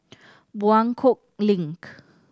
Buangkok Link